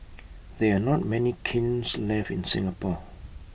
there are not many kilns left in Singapore